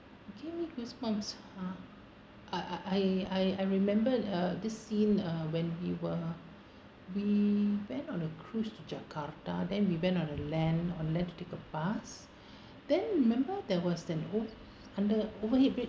give me goosebumps uh I I I I remember uh this scene uh when we were we went on a cruise to jakarta then we went on the land on land to take a bus then remember there was an o~ under overhead bridge